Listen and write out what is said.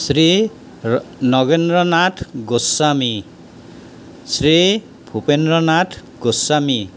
শ্ৰী ৰ নগেন্দ্ৰনাথ গোস্বামী শ্ৰী ভুপেন্দ্ৰনাথ গোস্বামী